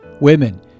women